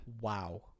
Wow